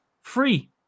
Free